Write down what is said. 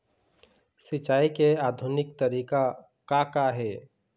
सिचाई के आधुनिक तरीका का का हे?